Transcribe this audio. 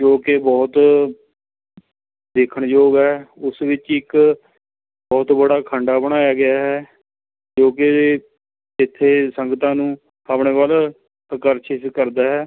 ਜੋ ਕਿ ਬਹੁਤ ਦੇਖਣਯੋਗ ਹੈ ਉਸ ਵਿੱਚ ਇੱਕ ਬਹੁਤ ਬੜਾ ਖੰਡਾ ਬਣਾਇਆ ਗਿਆ ਹੈ ਜੋ ਕਿ ਇੱਥੇ ਸੰਗਤਾਂ ਨੂੰ ਆਪਣੇ ਵੱਲ ਆਕਰਸ਼ਿਤ ਕਰਦਾ ਹੈ